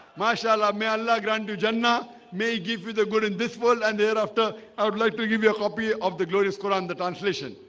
masha allah may allah grant you jannah may give you the good in this world and thereafter i would like to give you a copy of the glorious quran the translation